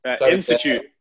institute